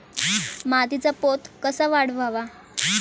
मातीचा पोत कसा वाढवावा?